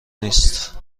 نیست